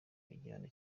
igihano